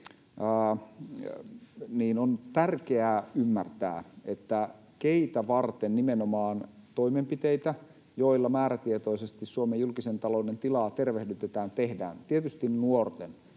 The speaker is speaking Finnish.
on tärkeää ymmärtää, keitä varten nimenomaan toimenpiteitä, joilla määrätietoisesti Suomen julkisen talouden tilaa tervehdytetään, tehdään — tietysti nuoria